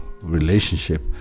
relationship